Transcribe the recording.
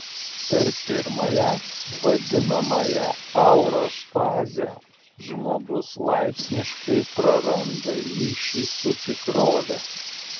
per pirmąją vadinamąją auros fazę žmogus laipsniškai praranda ryšį su tikrove